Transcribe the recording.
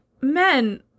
men